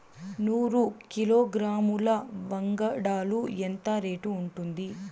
నూరు కిలోగ్రాముల వంగడాలు ఎంత రేటు ఉంటుంది?